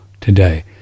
today